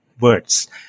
words